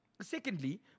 Secondly